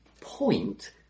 point